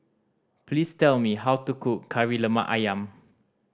please tell me how to cook Kari Lemak Ayam